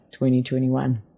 2021